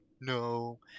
No